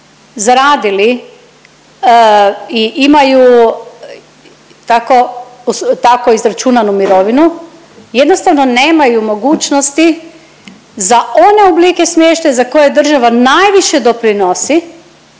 zaradili i imaju tako, tako izračunanu mirovinu jednostavno nemaju mogućnosti za one oblike smještaja za koje država najviše doprinosi.